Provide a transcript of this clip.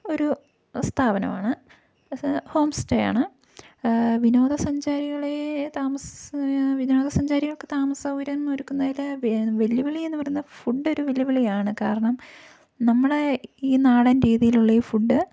ഒരു സ്ഥാപനമാണ് അത് ഹോം സ്റ്റേയാണ് വിനോദസഞ്ചാരികളെ താമസി വിനോദ സഞ്ചാരികൾക്ക് താമസ സൗകര്യം ഒരുക്കുന്നതിൽ വെല്ലുവിളി എന്ന് പറയുന്ന ഫുഡ് ഒരു വെല്ലുവിളിയാണ് കാരണം നമ്മളെ ഈ നാടൻ രീതിയിലുള്ള ഈ ഫുഡ്